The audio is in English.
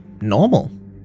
normal